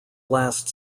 last